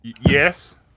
Yes